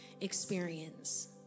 experience